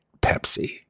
Pepsi